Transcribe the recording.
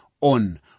on